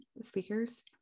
speakers